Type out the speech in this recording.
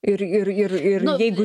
ir ir ir ir jeigu